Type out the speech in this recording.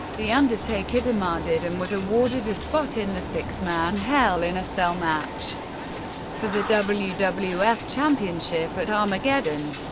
the undertaker demanded and was awarded a spot in the six-man hell in a cell match for the wwf wwf championship at armageddon.